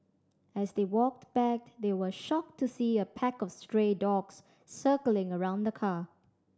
as they walked back they were shocked to see a pack of stray dogs circling around the car